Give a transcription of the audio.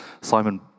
Simon